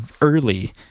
early